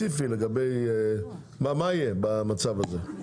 מה יהיה במצב הזה?